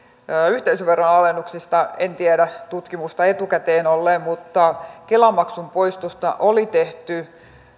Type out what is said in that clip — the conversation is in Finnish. yhteisöveron alennuksista en tiedä tutkimusta etukäteen olleen mutta kela maksun poistosta oli tehty